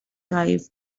dive